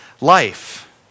life